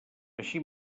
així